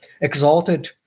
exalted